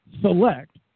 select